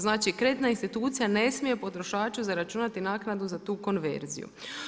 Znači, kreditna institucija ne smije potrošaču zaračunati naknadu za tu konverziju.